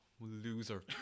Loser